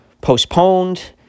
postponed